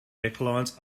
necklines